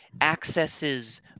accesses